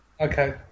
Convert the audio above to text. Okay